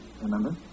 remember